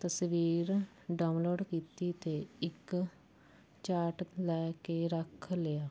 ਤਸਵੀਰ ਡਾਊਨਲੋਡ ਕੀਤੀ ਅਤੇ ਇੱਕ ਚਾਰਟ ਲੈ ਕੇ ਰੱਖ ਲਿਆ